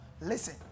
Listen